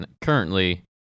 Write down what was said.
currently